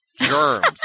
Germs